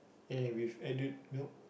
and then with added milk